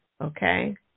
okay